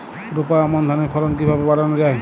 রোপা আমন ধানের ফলন কিভাবে বাড়ানো যায়?